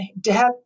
death